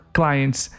clients